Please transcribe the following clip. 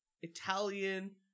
Italian